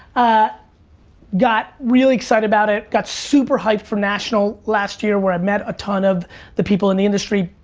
ah got really excited about it, got super hyped for national last year where i met a ton of the people in the industry,